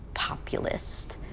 populist,